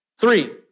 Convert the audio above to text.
Three